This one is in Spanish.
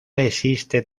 existe